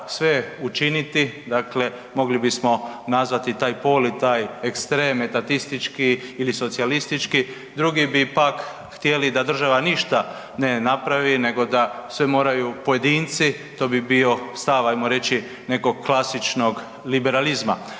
sve učiniti, dakle mogli bismo nazvati taj pol i taj ekstrem, tatistički ili socijalistički, drugi bi pak htjeli da država ništa ne napravo nego da sve moraju pojedinci, to bi bio stav ajmo reći, nekog klasičnog liberalizma.